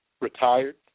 retired